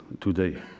today